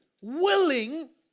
willing